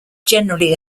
generally